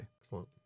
Excellent